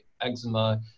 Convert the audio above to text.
eczema